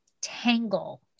tangle